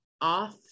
off